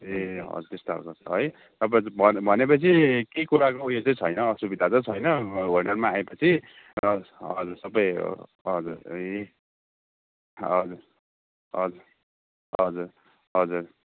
ए हजुर ए त्यस्तो खालको छ है हजुर हजुर भनेपछि केही कुराको उयो चाहिँ छैन असुविदा चाहिँ छैन होटलमा आएपछि हजुर हजुर सबै हजुर ए हजुर हजुर हजुर हजुर